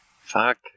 Fuck